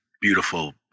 beautiful